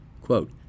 Quote